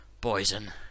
Poison